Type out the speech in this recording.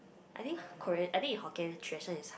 I think Korean I think in Hokkien tradition is